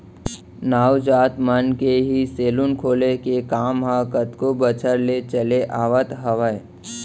नाऊ जात मन के ही सेलून खोले के काम ह कतको बछर ले चले आवत हावय